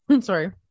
Sorry